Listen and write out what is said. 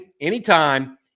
anytime